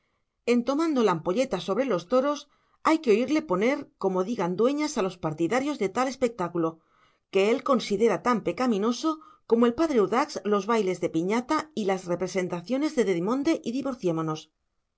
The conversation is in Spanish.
en tomando la ampolleta sobre los toros hay que oírle poner como digan dueñas a los partidarios de tal espectáculo que él considera tan pecaminoso como el padre urdax los bailes de piñata y las representaciones del demimonde y divorciémonos